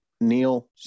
Neil